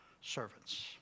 servants